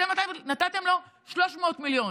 אתם נתתם לו 300 מיליון.